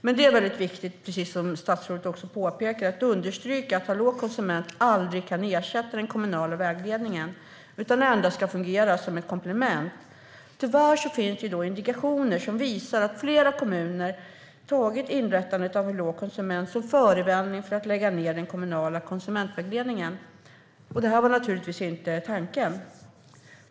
Men det är väldigt viktigt, precis som statsrådet påpekar, att understryka att Hallå konsument aldrig kan ersätta den kommunala vägledningen utan endast ska fungera som ett komplement. Tyvärr finns det indikationer som visar att flera kommuner tagit inrättandet av Hallå konsument som förevändning för att lägga ned den kommunala konsumentvägledningen. Det var naturligtvis inte tanken.